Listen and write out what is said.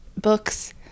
books